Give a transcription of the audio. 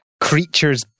creatures